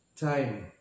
time